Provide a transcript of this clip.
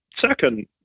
second